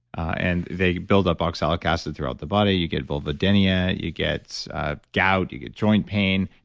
and they build up oxalic acid throughout the body, you get vulvodynia, you get ah gout, you get joint pain.